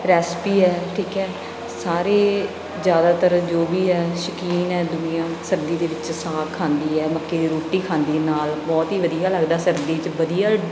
recipe ਹੈ ਠੀਕ ਹੈ ਸਾਰੇ ਜ਼ਿਆਦਾਤਰ ਜੋ ਵੀ ਹੈ ਸ਼ਕੀਨ ਹੈ ਦੁਨੀਆ ਸਰਦੀ ਦੇ ਵਿੱਚ ਸਾਗ ਖਾਂਦੀ ਹੈ ਮੱਕੀ ਦੀ ਰੋਟੀ ਖਾਂਦੀ ਨਾਲ ਬਹੁਤ ਹੀ ਵਧੀਆ ਲੱਗਦਾ ਸਰਦੀ 'ਚ ਵਧੀਆ